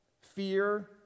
Fear